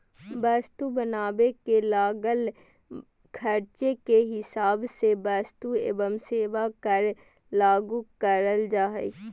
वस्तु बनावे मे लागल खर्चे के हिसाब से वस्तु एवं सेवा कर लागू करल जा हय